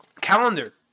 calendar